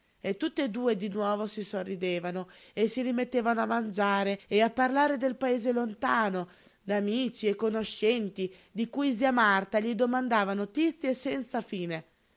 le spiegazioni e tutt'e due di nuovo si sorridevano e si rimettevano a mangiare e a parlare del paese lontano d'amici e conoscenti di cui zia marta gli domandava notizie senza fine